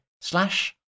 slash